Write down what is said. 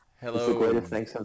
Hello